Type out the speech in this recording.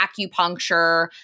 acupuncture